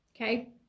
Okay